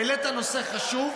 העלית נושא חשוב.